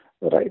right